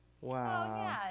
Wow